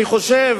אני חושב